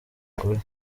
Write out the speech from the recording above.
ukuri